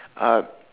uh